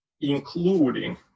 including